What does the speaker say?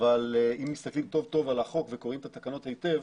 אם מסתכלים טוב טוב על החוק וקוראים את התקנות היטב